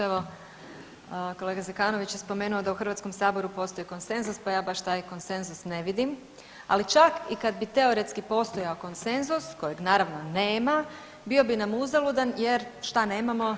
Evo, kolega Zekanović je spomenuo da u HS-u postoji konsenzus, pa ja baš taj konsenzus ne vidim, ali čak i kad bi teoretski postojao konsenzus, kojeg naravno, nema, bio bi nam uzaludan jer šta nemamo?